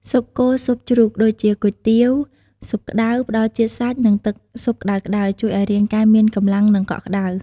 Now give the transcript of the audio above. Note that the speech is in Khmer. ស៊ុបគោ ស៊ុបជ្រូក ដូចជា គុយទាវ ស៊ុបក្ដៅ ផ្តល់ជាតិសាច់ និងទឹកស៊ុបក្តៅៗ ជួយឱ្យរាងកាយមានកម្លាំង និងកក់ក្តៅ។